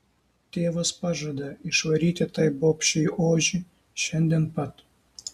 tėvas pažada išvaryti tai bobšei ožį šiandien pat